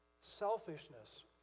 selfishness